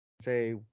say